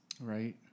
Right